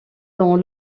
dans